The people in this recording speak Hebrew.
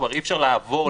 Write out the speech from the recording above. כבר אי-אפשר לעבור,